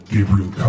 Gabriel